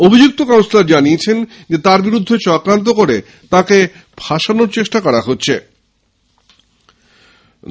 অভিযুক্ত কাউন্সিলার জানিয়েছেন তাঁর বিরুদ্ধে চক্রান্ত করে তাঁকে ফাঁসানোর চেষ্টা করা হচ্ছে